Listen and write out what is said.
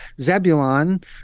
Zebulon